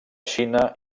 xina